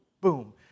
boom